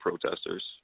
protesters